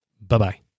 Bye-bye